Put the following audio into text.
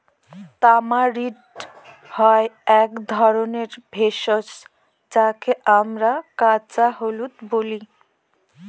tamarind হয় এক ধরনের ভেষজ যাকে আমরা কাঁচা হলুদ বলি